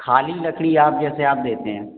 खाली लकड़ी आप जैसे आप देते हैं